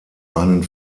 einen